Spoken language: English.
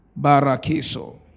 Barakiso